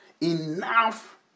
enough